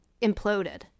imploded